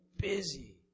busy